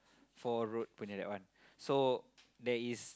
four road opening that one so there is